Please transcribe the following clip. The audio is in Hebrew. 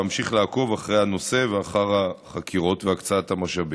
ואמשיך לעקוב אחרי הנושא ואחר החקירות והקצאת המשאבים.